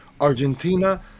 Argentina